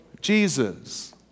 Jesus